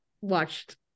watched